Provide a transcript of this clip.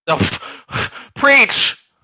Preach